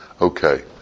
okay